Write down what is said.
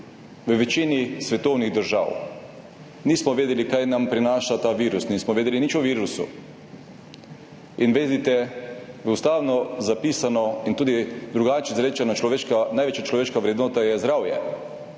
v večini svetovnih držav. Nismo vedeli, kaj nam prinaša ta virus, nič nismo vedeli o virusu. In vedite, v ustavo zapisana in tudi drugače izrečena največja človeška vrednota je zdravje.